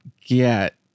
get